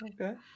okay